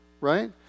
right